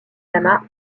lama